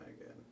again